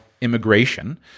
immigration